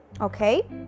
okay